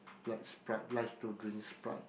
like Sprite likes to drink Sprite